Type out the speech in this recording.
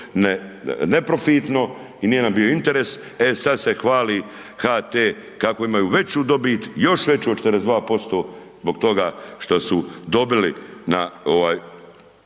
neprofitno i nije nam bio interes e sad se hvali HT kako imaju veću dobit, još veću od 42% zbog toga što su dobili na EVO TV.